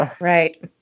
right